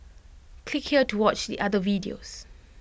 click here to watch the other videos